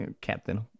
Captain